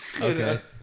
Okay